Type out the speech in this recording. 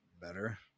better